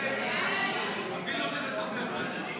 תוספת תקציב